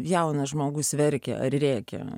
jaunas žmogus verkia rėkia